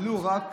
ולו רק,